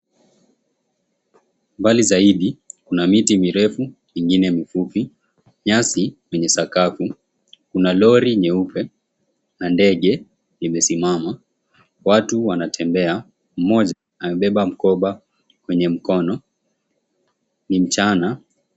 Mbali zaidi kuna miti mirefu ingine mifupi, nyasi kwenye sakafu, kuna lori nyeupe na ndege imesimama, watu wanatembea mmoja amebeba mkoba kwenye mkono ni mchana